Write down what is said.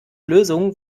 lösung